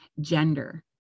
gender